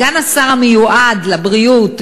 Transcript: סגן השר המיועד לבריאות,